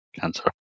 cancer